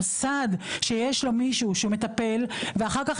מוסד שיש לו מישהו שהוא מטפל ואחר כך,